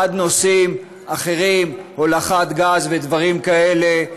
עד נושאים אחרים, הולכת גז ודברים כאלה.